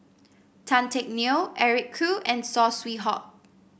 Tan Teck Neo Eric Khoo and Saw Swee Hock